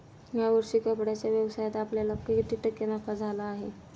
या वर्षी कपड्याच्या व्यवसायात आपल्याला किती टक्के नफा झाला आहे?